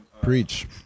preach